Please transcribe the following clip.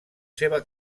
seva